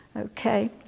Okay